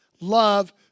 Love